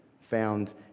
found